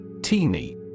Teeny